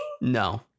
No